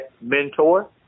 mentor